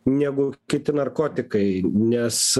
negu kiti narkotikai nes